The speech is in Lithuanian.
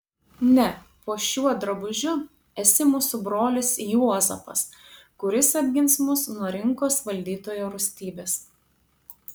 ne po šiuo drabužiu esi mūsų brolis juozapas kuris apgins mus nuo rinkos valdytojo rūstybės